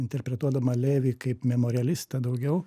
interpretuodama levį kaip memorealistą daugiau